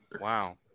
Wow